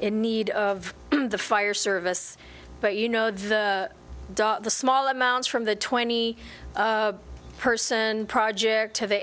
in need of the fire service but you know the the small amount from the twenty person project to the